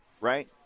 right